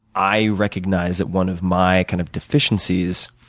i recognize that one of my kind of deficiencies